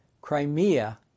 Crimea